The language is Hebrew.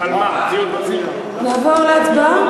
נעבור להצבעה?